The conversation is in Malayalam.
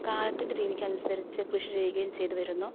കാലത്തിൻ്റെ രീതിക്കനുസരിച്ച് കൃഷി ചെയ്യുകയും ചെയ്ത് വരുന്നു